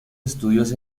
estudios